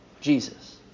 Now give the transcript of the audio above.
Jesus